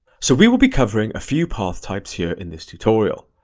so we will be covering a few path types here in this tutorial.